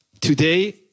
today